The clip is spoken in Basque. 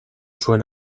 zuen